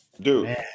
Dude